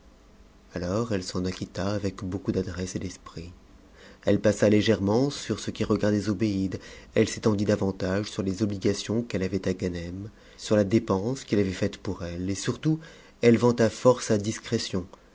alors eue s'en acquitta avec beaucoup d'adresse et d'esprit elle passa légèrement sur ce qui regardait zobéide elle s'étendit davantage sur les obligations qu'elle avait à ganem sur la dépense qu'il avait faite pour elle et surtout elle vanta fort sa discrétion